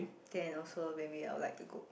then also maybe I'll like to go